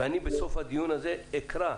ואני בסוף הדיון הזה אקרא,